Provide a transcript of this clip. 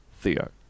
Theo